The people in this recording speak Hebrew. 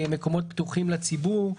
מקומות פתוחים לציבור,